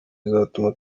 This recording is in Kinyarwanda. rizatuma